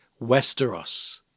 Westeros